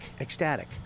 ecstatic